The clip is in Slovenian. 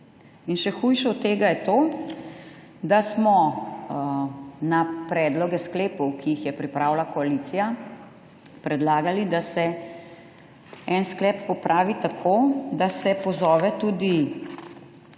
In še hujše od tega je to, da smo na predloge sklepov, ki jih je pripravila koalicija, predlagali, da se en sklep popravi tako, da se pozove tudi